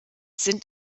sind